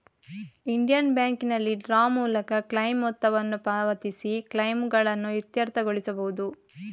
Indian ಬ್ಯಾಂಕಿನಲ್ಲಿ draw ಮೂಲಕ claim ಮೊತ್ತವನ್ನು ಪಾವತಿಸಿ ಕ್ಲೈಮುಗಳನ್ನು ಇತ್ಯರ್ಥಗೊಳಿಸಬಹುದು